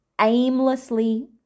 aimlessly